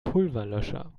pulverlöscher